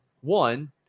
one